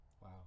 Wow